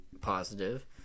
positive